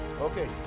Okay